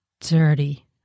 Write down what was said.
dirty